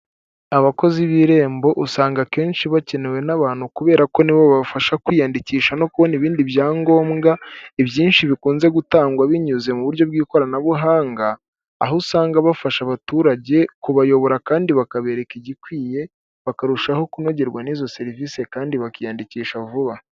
Abakozi b'irembo usanga akenshi bakenewe n'abantu kubera ko nibo babafasha kwiyandikisha no kubona ibindi byangombwa, ibyinshi bikunze gutangwa binyuze mu buryo bw'ikoranabuhanga, aho usanga bafasha abaturage kubayobora kandi bakabereka igikwiye bakarushaho kunogerwa n'izo serivisi kandi bakiyandikisha vuba.